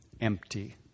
empty